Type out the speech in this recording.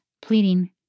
pleading